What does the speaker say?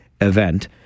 event